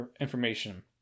information